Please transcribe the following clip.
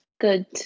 good